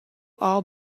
all